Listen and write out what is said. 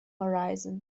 horizon